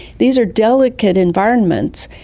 these are delicate environments,